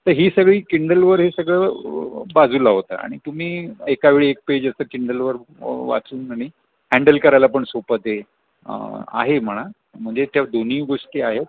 तर ही सगळी किंडलवर हे सगळं बाजूला होता आणि तुम्ही एकावेळी एक पेज असतं किंडलवर वाचून आणि हॅन्डल करायला पण सोपं ते आहे म्हणा म्हणजे त्या दोन्ही गोष्टी आहेत